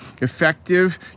effective